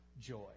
joy